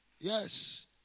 Yes